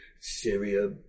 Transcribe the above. Syria